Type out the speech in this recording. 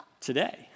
today